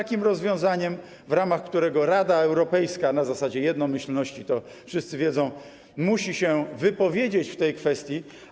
Chodzi o rozwiązanie, w ramach którego Rada Europejska na zasadzie jednomyślności, co wszyscy wiedzą, musi się wypowiedzieć w tej kwestii.